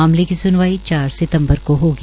मामले की स्नवाई चार सितम्बर को होगी